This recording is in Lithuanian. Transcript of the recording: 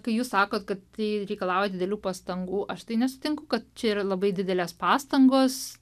kai jūs sakot kad tai reikalauja didelių pastangų aš nesutinku kad čia yra labai didelės pastangos